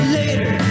later